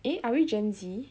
eh are we gen Z